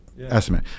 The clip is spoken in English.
estimate